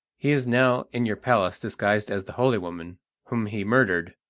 he is now in your palace disguised as the holy woman whom he murdered.